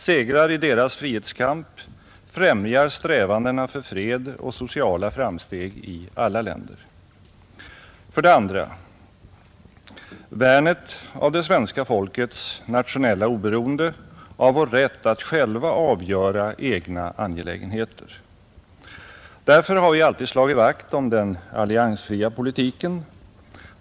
Segrar i deras frihetskamp främjar strävandena för fred och sociala framsteg i alla länder. 2. Värnet av det svenska folkets nationella oberoende, av vår rätt att själva avgöra egna angelägenheter. Därför har vi alltid slagit vakt om den alliansfria politiken.